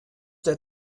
der